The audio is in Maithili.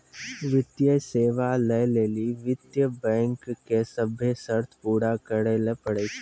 वित्तीय सेवा लै लेली वित्त बैंको के सभ्भे शर्त पूरा करै ल पड़ै छै